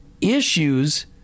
issues